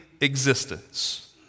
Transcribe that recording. existence